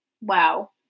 Wow